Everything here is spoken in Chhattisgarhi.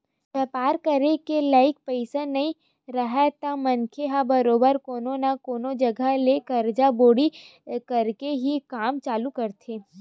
बेपार करे के लइक पइसा नइ राहय त मनखे ह बरोबर कोनो न कोनो जघा ले करजा बोड़ी करके ही काम चालू करथे